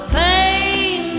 pain